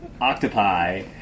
Octopi